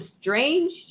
strange